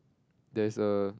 there's a